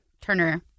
Turner